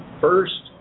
first